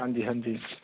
ਹਾਂਜੀ ਹਾਂਜੀ